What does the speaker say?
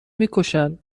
میکشن